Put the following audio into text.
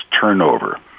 turnover